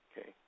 okay